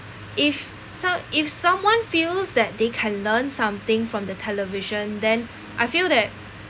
if som~ if someone feels that they can learn something from the television then I feel that